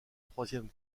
troisième